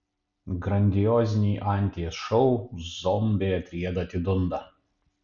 grandioziniai anties šou zombiai atrieda atidunda